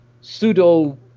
pseudo